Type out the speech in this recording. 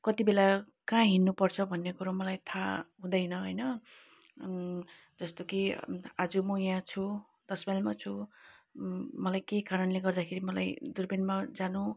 कतिबेला हिड्नुपर्छ भन्नेकुरा मलाई थाहा हुँदैन होइन जस्तो कि आज म यहाँ छु दस माइलमा छु मलाई केही कारणले गर्दाखेरि मलाई दुर्पिनमा जानु